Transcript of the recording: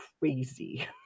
crazy